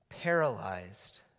paralyzed